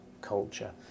culture